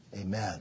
amen